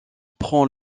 prend